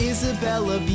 Isabella